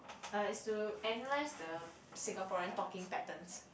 uh it's to analyse the Singaporean talking patterns